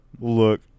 Look